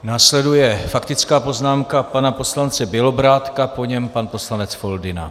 Následuje faktická poznámka pana poslance Bělobrádka, po něm pan poslanec Foldyna.